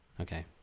Okay